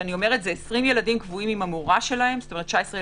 19 ילדים קבועים והמורה שלהם,